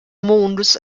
mondes